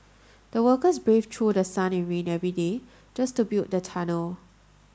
the workers braved through sun and rain every day just to build the tunnel